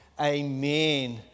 Amen